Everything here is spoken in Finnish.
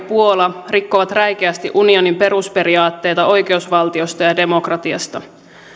puola rikkovat räikeästi unionin perusperiaatteita oikeusvaltiosta ja ja demokratiasta